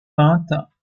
peintes